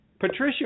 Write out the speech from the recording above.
Patricia